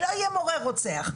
ולא יהיה מורה רוצח,